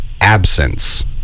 absence